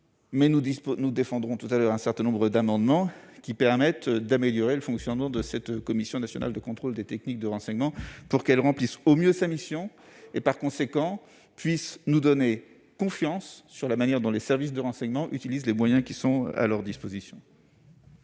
Mais nous défendrons ultérieurement un certain nombre d'amendements visant à améliorer le fonctionnement de cette Commission nationale de contrôle des techniques de renseignement pour qu'elle remplisse au mieux sa mission et puisse nous donner toute confiance sur la manière dont les services de renseignement utilisent les moyens qui sont à leur disposition.